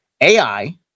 AI